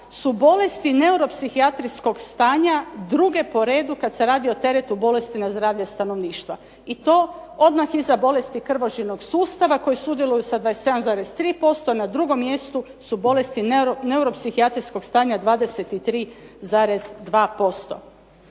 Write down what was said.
su bolesti neuropsihijatrijskog stanja druge po redu kad se radi o teretu bolesti na zdravlje stanovništva i to odmah iza bolesti krvožilnog sustava koji sudjeluju sa 27,3%, na drugom mjestu su bolesti neuropsihijatrijskog stanja 23,2%.